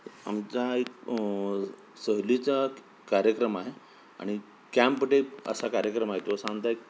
आमचा एक सहलीचा कार्यक्रम आहे आणि कॅम्प डेक असा कार्यक्रम आहे तो सामुदायिक